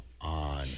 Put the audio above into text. on